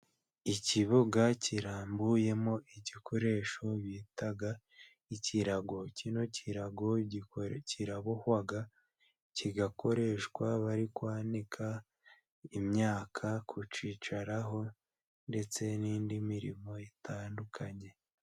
Ikibuga kirambuyemo igikoresho bita ikirago. Kino kirago kirabohwa kigakoreshwa bari kwanika imyaka, kucyicaraho ndetse n'indi mirimo itandukanye.